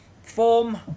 form